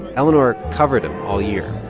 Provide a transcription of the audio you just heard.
eleanor covered them all year